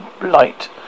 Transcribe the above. light